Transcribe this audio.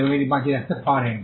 এবং এটি বাঁচিয়ে রাখতে পারেন